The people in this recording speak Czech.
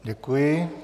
Děkuji.